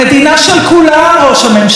של כו-לם,